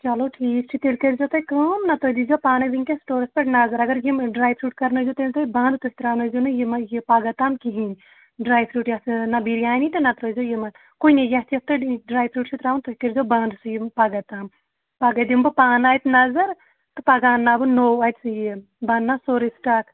چلو ٹھیٖک چھُ تیٚلہِ کٔرۍ زیٚو تُہۍ کٲم نہ تُہۍ دیٖزیو پانَے وٕنکٮ۪س سِٹورَس پٮ۪ٹھ نظر اگر یِم ڈرٛاے فرٛوٗٹ کَرنٲیزیٚو تیٚلہِ تُہۍ بنٛد تُہۍ ترٛاونٲزیٚو نہٕ یِم پگہہ تام کِہیٖنۍ ڈرٛاے فرٛوٗٹ یَتھ نہ بِریانی تہٕ نہ ترٛٲیِزیٚو یِمَن کُنی یَتھ یَتھ تُہۍ ڈرٛاے فرٛوٗٹ چھِو ترٛاوُن تُہۍ کٔرۍ زیٚو بنٛد سُہ یِم پَگہہ تام پَگہہ دِمہٕ بہٕ پانہٕ اَتہِ نظر تہٕ پَگہہ اَننو بہٕ نوٚو اَتہِ سُہ بہٕ اَننو سورُے سِٹاک